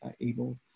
able